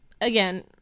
Again